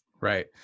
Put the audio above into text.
right